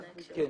בסדר.